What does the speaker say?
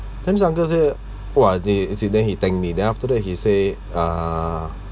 then this uncle say !wah! he actually then he thanked me then after that he say uh